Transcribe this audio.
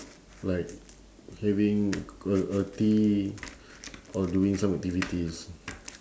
like having uh uh tea or doing some activities